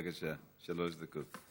בבקשה, שלוש דקות.